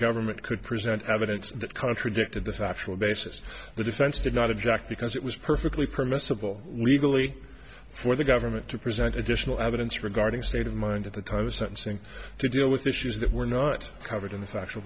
government could present evidence that contradicted the factual basis the defense did not object because it was perfectly permissible legally for the government to present additional evidence regarding state of mind at the time of sentencing to deal with issues that were not covered in the factual